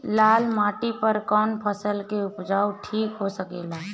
लाल माटी पर कौन फसल के उपजाव ठीक हो सकेला?